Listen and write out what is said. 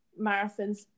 marathons